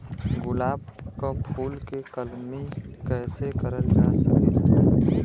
गुलाब क फूल के कलमी कैसे करल जा सकेला?